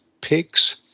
pigs